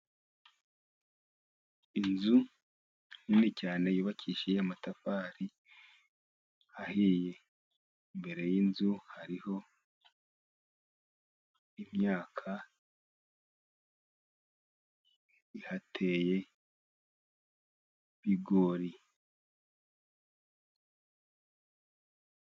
Inzu nini cyane yubakishije amatafari ahiye, imbere y'inzu hariho imyaka ihateye y'ibigori.